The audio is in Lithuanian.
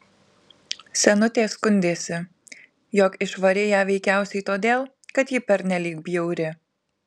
senutė skundėsi jog išvarei ją veikiausiai todėl kad ji pernelyg bjauri